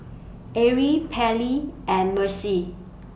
Arely Pallie and Mercer